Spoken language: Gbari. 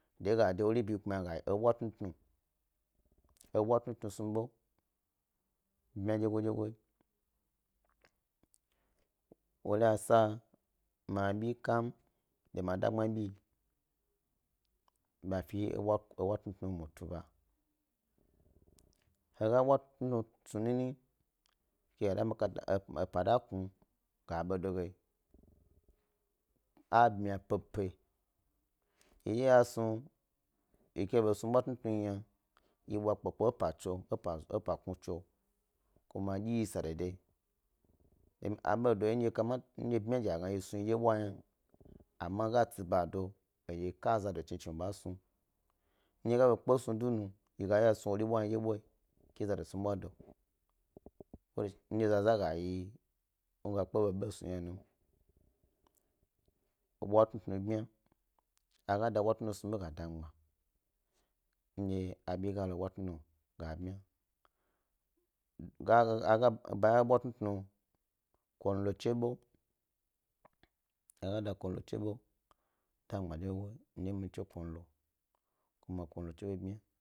De ga de wori vi yna kuma ga yi ebwa tnu tnu, ebwa tnu tnu snu ɓo, bmya dye godye go, wori a sa ma abi kam de ma da gbma bi, bafi e ebwa tnu tnu mu tub a he ebwa tnu tnu snu nini keg a da maka, epa da kpmi ga bedo ge a bmya pepe, yidye de ya snu yi ke bas nu ebwa tnutnu yna ye bwa kpe kpe e epa e epa kpmi tso kuma dye sado doyi, a do yon dye kama, bmya a gna dye yi snu yna amma ga tsi ba do ha dye yi ka a zado chi chi zhige wo ɓa snu ndye yi ga be kpe snu nu he snu ɓa ka wori bwa hna snu yi dye ɓoyi ke zodo snu bwado ndye zaza ga yi wo ga kpe ɓoɓoɓo snu yna num. Ebwa tnutnu bmya, aga da ebwa tnu tnu ɓo ga da mi gbma ndye abi ga lo ebwa tnu tnu ga bmya e e e baya ebwa tnu tnu, kolo che ɓo, aga da kolo che ɓo da mi gbma dyego dyego midye mi che kolo kuma kolo che ɓo bmya.